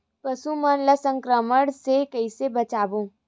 पशु मन ला संक्रमण से कइसे बचाबो?